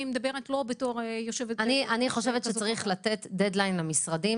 אני לא מדברת בתור --- אני חושבת שצריך לתת דד ליין למשרדים